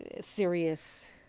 serious